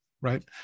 right